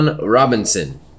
Robinson